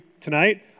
tonight